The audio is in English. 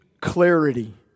clarity